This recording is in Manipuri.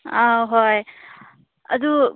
ꯑꯥ ꯍꯣꯏ ꯑꯗꯨ